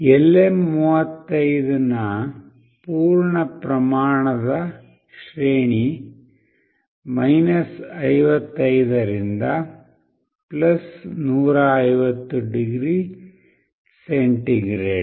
LM35 ನ ಪೂರ್ಣ ಪ್ರಮಾಣದ ಶ್ರೇಣಿ 55 ರಿಂದ 150 ಡಿಗ್ರಿ ಸೆಂಟಿಗ್ರೇಡ್